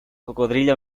cocodrilo